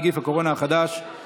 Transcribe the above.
נגיף הקורונה החדש),